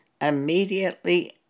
immediately